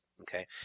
Okay